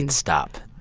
and stop.